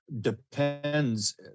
depends